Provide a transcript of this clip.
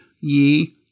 ye